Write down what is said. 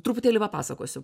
truputėlį papasakosiu